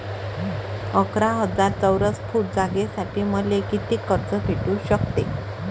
अकरा हजार चौरस फुट जागेसाठी मले कितीक कर्ज भेटू शकते?